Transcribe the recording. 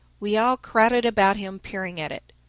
we all crowded about him peering at it.